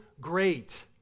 great